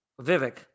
Vivek